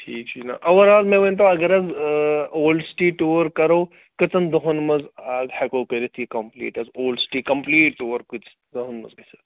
ٹھیٖک چھُ جِناب اَوٚوَر آل مےٚ ؤنۍتَو اگر حظ اولڈٕ سِٹی ٹوٗر کَرو کٔژَن دۄہَن منٛز آد ہٮ۪کو کٔرِتھ یہِ کَمپٕلیٖٹ حظ اولڈٕ سِٹی کَمپٕلیٖٹ ٹور کۭتِس دۄہَن منٛز گژھِ